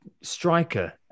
striker